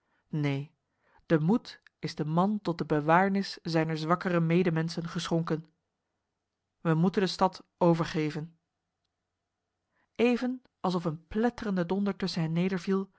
neen de moed is de man tot de bewaarnis zijner zwakkere medemensen geschonken wij moeten de stad overgeven even alsof een pletterende donder tussen hen